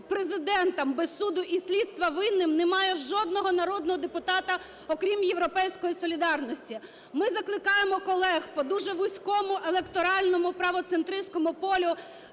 Президентом без суду і слідства винним немає жодного народного депутата, окрім "Європейської солідарності". Ми закликаємо колег по дуже вузькому електоральному правоцентриському полю